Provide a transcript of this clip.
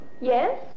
Yes